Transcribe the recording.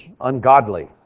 ungodly